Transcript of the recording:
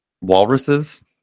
walruses